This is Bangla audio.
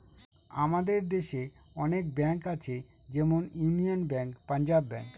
আমাদের দেশে অনেক ব্যাঙ্ক আছে যেমন ইউনিয়ান ব্যাঙ্ক, পাঞ্জাব ব্যাঙ্ক